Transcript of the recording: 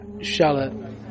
Charlotte